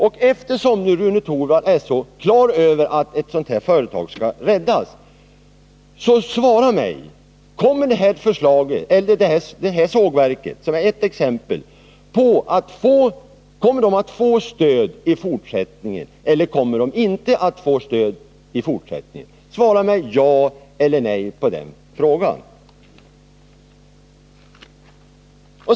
Och eftersom nu Rune Torwald är så klar över att sådana företag skall räddas, så svara mig på frågan: Kommer det här sågverket, som är ett exempel, att få stöd i fortsättningen eller inte? Svara ja eller nej på den frågan!